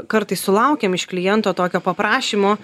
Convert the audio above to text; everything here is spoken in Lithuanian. kartais sulaukiam iš kliento tokio paprašymo